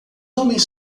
homens